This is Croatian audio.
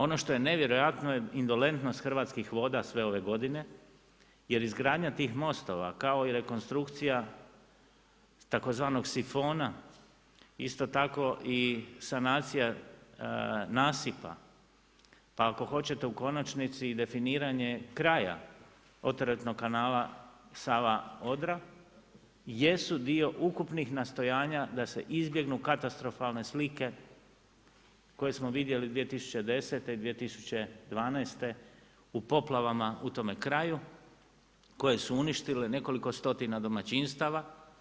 Ono što je nevjerojatno je indolentnost Hrvatskih voda sve ove godine jer izgradnja tih mostova kao i rekonstrukcija tzv. sifona, isto tako i sanacija nasipa, pa ako hoćete u konačnici i definiranje kraja oteretnog kanala Sava – Odra jesu dio ukupnih nastojanja da se izbjegnu katastrofalne slike koje smo vidjeli 2010. i 2012. u poplavama u tome kraju koje su uništile nekoliko stotina domaćinstava.